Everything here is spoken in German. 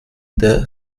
der